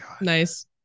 Nice